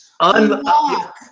unlock